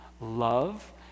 love